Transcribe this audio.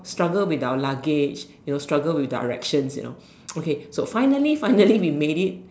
struggle with our luggage you know struggle with directions you know okay so finally finally we made it